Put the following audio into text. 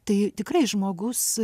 tai tikrai žmogus